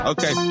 Okay